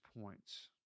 points